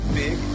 big